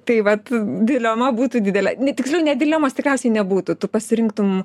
tai vat dilema būtų didelė net tiksliau net dilemos tikriausiai nebūtų tu pasirinktum